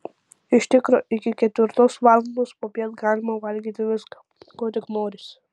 iš tikro iki ketvirtos valandos popiet galima valgyti viską ko tik norisi